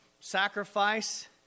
Sacrifice